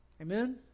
Amen